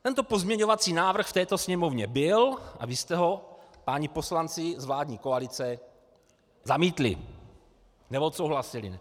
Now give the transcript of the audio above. Tento pozměňovací návrh v této Sněmovně byl a vy jste ho, páni poslanci z vládní koalice, zamítli, neodsouhlasili.